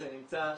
זה נמצא,